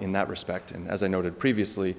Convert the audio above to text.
in that respect and as i noted previously